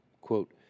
quote